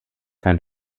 kein